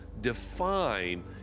define